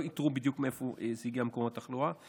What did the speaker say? לא איתרו בדיוק מאיפה הגיע מקור התחלואה.